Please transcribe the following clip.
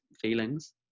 feelings